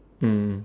mm